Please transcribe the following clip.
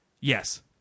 Yes